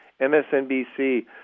MSNBC